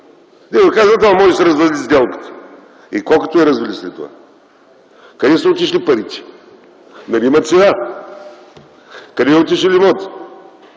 те казват: да, може да се развали сделката. И какво като я развали след това? Къде са отишли парите? Нали има цена, къде е отишъл имотът?